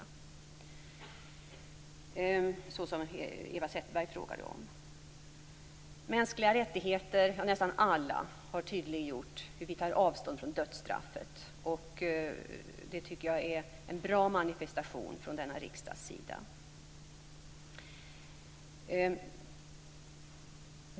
Det var ju vad Eva Zetterberg frågade om. Vad gäller mänskliga rättigheter har nästan alla tydliggjort hur vi tar avstånd från dödsstraffet. Det tycker jag är en bra manifestation från denna riksdags sida.